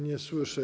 Nie słyszę.